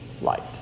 light